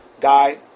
Guy